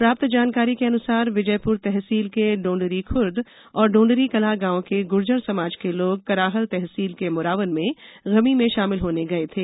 प्राप्त जानकारी के ै अनुसार विजयपुर तहसील के ढोंढरीखुर्द और ढोंढरीकला गाँव के गुर्जर समाज के लोग कराहल तहसील के मोरावन में गमी में शामिल होने गए थे